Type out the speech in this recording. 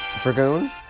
Dragoon